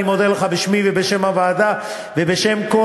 אני מודה לך בשמי ובשם הוועדה ובשם כל